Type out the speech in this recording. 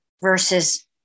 versus